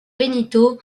benito